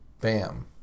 Bam